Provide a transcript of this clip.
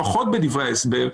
לפחות בדברי ההסבר,